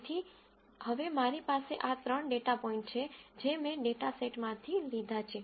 તેથી હવે મારી પાસે આ ત્રણ ડેટા પોઇન્ટ છે જે મેં ડેટા સેટમાંથી લીધા છે